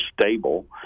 stable